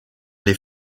les